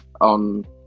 on